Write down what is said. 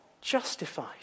justified